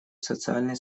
социальное